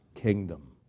kingdom